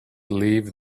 leave